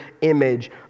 image